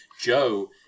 Joe